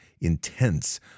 intense